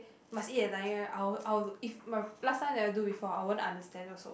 must eat a diet I'll I'll if my last time never do before I won't understand also